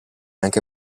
anche